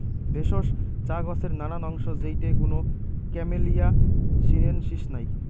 ভেষজ চা গছের নানান অংশ যেইটে কুনো ক্যামেলিয়া সিনেনসিস নাই